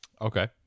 Okay